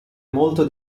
molto